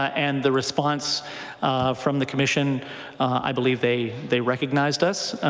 and the response from the commission i believe they they recognized us.